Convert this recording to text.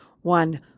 One